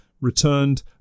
returned